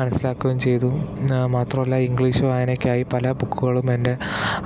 മനസ്സിലാക്കുകയും ചെയ്തു മാത്രമല്ല ഇംഗ്ലീഷ് വായനക്കായി പല ബുക്കുകളും എൻ്റെ